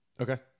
okay